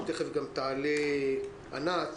ותכף גם תעלה ענת.